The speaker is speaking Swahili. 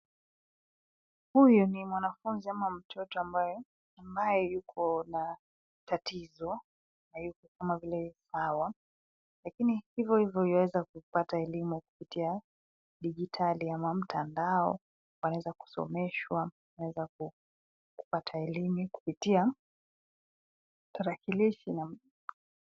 Huyu ni mwanafunzi ama mtoto ambaye yuko na tatizo kama vile lakini hivo hivo yuwaweza kupata elimu kupitia digitali ama mtandao aweza kusomeshwa aweza kupata elimu kupitia tarakilishi.